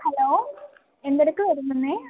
hello എന്തെടുക്കുവാരുന്നന്നെ